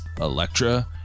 Electra